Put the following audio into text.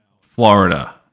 Florida